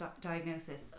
diagnosis